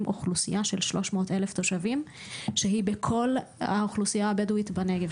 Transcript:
אוכלוסייה של 300 אלף תושבים שהיא בכל האוכלוסייה הבדואית בנגב,